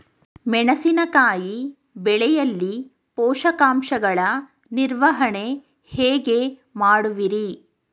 ಮೆಣಸಿನಕಾಯಿ ಬೆಳೆಯಲ್ಲಿ ಪೋಷಕಾಂಶಗಳ ನಿರ್ವಹಣೆ ಹೇಗೆ ಮಾಡುವಿರಿ?